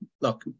look